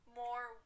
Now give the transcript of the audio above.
more